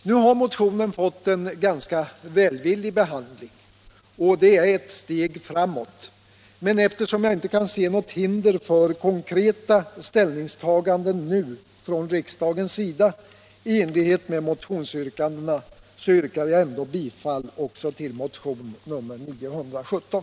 Nu har motionen fått en ganska välvillig behandling, och det är ett steg framåt, men eftersom jag inte kan se något hinder för konkreta ställningstaganden nu från riksdagens sida i enlighet med motionsyrkandena, yrkar jag ändå bifall också till motionen 917.